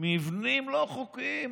מבנים לא חוקיים,